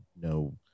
no